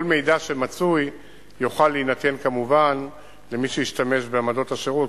כל מידע שמצוי יוכל להינתן כמובן למי שהשתמש בעמדות השירות,